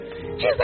Jesus